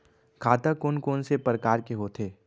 खाता कोन कोन से परकार के होथे?